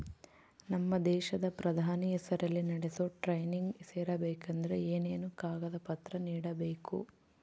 ನಮ್ಮ ದೇಶದ ಪ್ರಧಾನಿ ಹೆಸರಲ್ಲಿ ನಡೆಸೋ ಟ್ರೈನಿಂಗ್ ಸೇರಬೇಕಂದರೆ ಏನೇನು ಕಾಗದ ಪತ್ರ ನೇಡಬೇಕ್ರಿ?